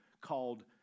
called